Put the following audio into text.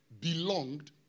belonged